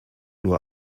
nur